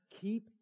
keep